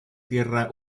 tierra